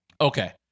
Okay